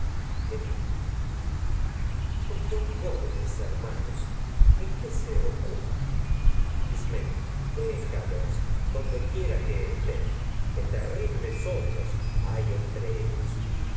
edipo y tus jóvenes hermanos qué se ocupan ismena bles odios déjalos dondequiera que estén que terri hay entre ellos